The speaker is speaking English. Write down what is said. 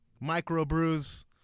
micro-brews